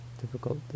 Difficult